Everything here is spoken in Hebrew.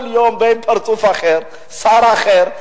כל יום בא פרצוף אחר ושר אחר,